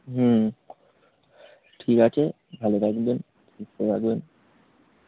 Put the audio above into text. হুম ঠিক আছে ভালো থাকবেন সুস্থ থাকবেন